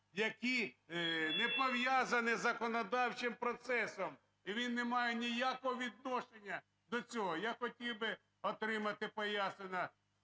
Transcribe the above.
які не пов'язані з законодавчим процесом, і він немає ніякого відношення до цього. Я хотів би отримати пояснення